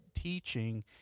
teaching